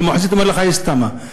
ובמחוזית אומרים לך: יש תמ"א.